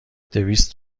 دویست